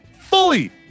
fully